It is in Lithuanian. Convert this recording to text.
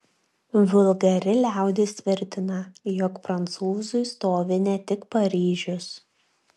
vulgari liaudis tvirtina jog prancūzui stovi ne tik paryžius